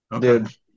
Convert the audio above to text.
dude